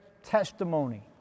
Testimony